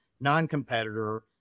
non-competitor